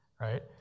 right